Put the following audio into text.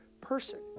person